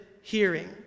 hearing